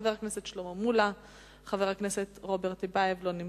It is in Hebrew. חבר הכנסת שלמה מולה לא נמצא,